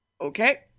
Okay